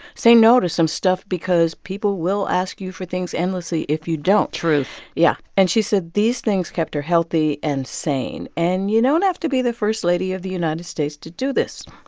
say no to some stuff because people will ask you for things endlessly if you don't truth yeah. and she said these things kept her healthy and sane. and you don't have to be the first lady of the united states to do this.